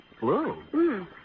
Blue